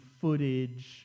footage